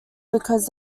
because